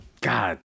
God